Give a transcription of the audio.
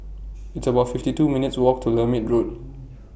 It's about fifty two minutes' Walk to Lermit Road